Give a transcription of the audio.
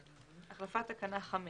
7ב.החלפת תקנה 5